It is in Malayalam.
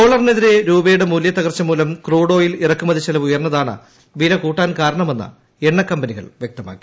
ഡോളറിനെതിരെ രൂപയുടെ മൂലൃത്തകർച്ച മൂലം ക്രൂഡ് ഓയിൽ ഇറക്കുമതിച്ചെലവ് ഉയർന്നതാണ് വില കൂട്ടാൻ കാരണമെന്ന് എണ്ണക്കമ്പനികൾ വൃക്തമാക്കി